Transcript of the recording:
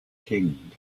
king